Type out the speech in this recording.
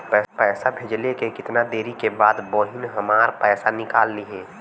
पैसा भेजले के कितना देरी के बाद बहिन हमार पैसा निकाल लिहे?